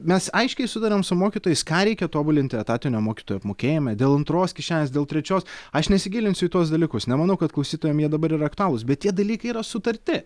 mes aiškiai sutarėm su mokytojais ką reikia tobulinti etatinio mokytojų apmokėjime dėl antros kišenės dėl trečios aš nesigilinsiu į tuos dalykus nemanau kad klausytojam jie dabar yra aktualūs bet tie dalykai yra sutarti